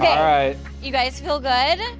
yeah right, you guys feel good.